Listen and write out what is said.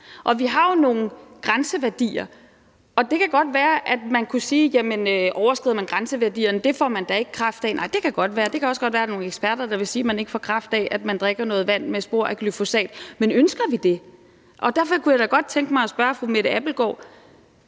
Vi har jo nogle grænseværdier, og det kan godt være, at man kunne sige: Jamen overskrider man grænseværdierne? Det får man da ikke kræft af. Nej, det kan godt være; det kan også godt være, at der er nogle eksperter, der vil sige, at man ikke får kræft af, at man drikker noget vand med spor af glyfosat. Men ønsker vi det? Derfor kunne jeg godt tænke mig at spørge fru Mette Abildgaard: